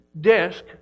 desk